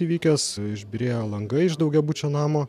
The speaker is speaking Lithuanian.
įvykęs išbyrėjo langai iš daugiabučio namo